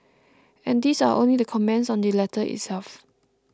and these are only the comments on the letter itself